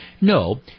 No